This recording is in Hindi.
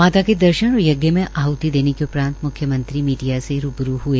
माता के दर्शन और यज्ञ में आहति देने के उपरान्त मुख्यमंत्री मीडिया से रूबरू हए